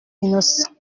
innocent